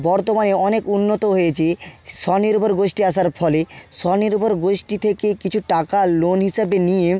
বর্তমানে অনেক উন্নত হয়েছে স্বনির্বর গোষ্টী আসার ফলে স্বনির্বর গোষ্টী থেকে কিছু টাকা লোন হিসাবে নিয়ে